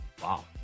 Wow